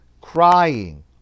crying